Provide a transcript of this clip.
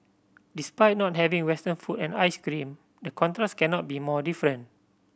despite not having Western food and ice cream the contrast cannot be more different